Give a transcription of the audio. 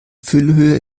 füllhöhe